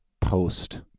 post